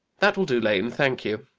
that will do, lane, thank you.